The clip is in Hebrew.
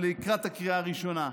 לקראת הקריאה הראשונה.